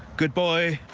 good boy.